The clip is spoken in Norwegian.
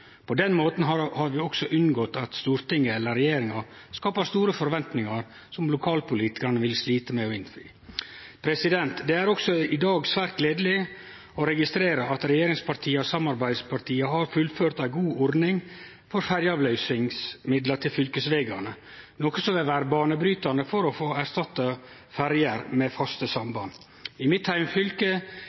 På den måten har vi også unngått at Stortinget eller regjeringa skapar store forventingar som lokalpolitikarane vil slite med å innfri. Det er i dag også svært gledeleg å registrere at regjeringspartia og samarbeidspartia har fullført ei god ordning for ferjeavløysingsmidlar til fylkesvegane, noko som vil vere banebrytande for å få erstatta ferjer med faste samband. I mitt